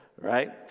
Right